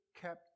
Kept